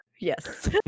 yes